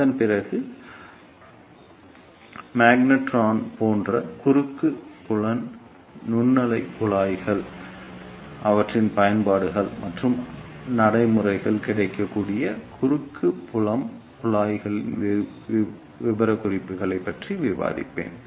அதன்பிறகு மாக்னட்ரான்கள் போன்ற குறுக்கு புலம் நுண்ணலை குழாய்கள் அவற்றின் பயன்பாடுகள் மற்றும் நடைமுறையில் கிடைக்கக்கூடிய குறுக்கு புலம் குழாய்களின் விவரக்குறிப்புகள் பற்றி விவாதிப்பேன்